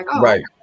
Right